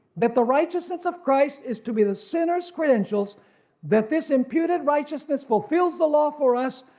that the righteousness of christ is to be the sinner's credentials that this imputed righteousness fulfills the law for us,